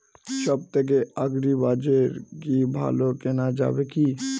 সব থেকে আগ্রিবাজারে কি ভালো কেনা যাবে কি?